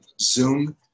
Zoom